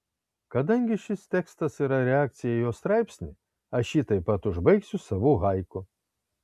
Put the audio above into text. kadangi šis tekstas yra reakcija į jo straipsnį aš jį taip pat užbaigsiu savu haiku